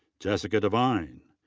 jessica devine.